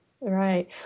Right